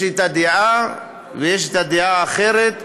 יש דעה ויש דעה אחרת.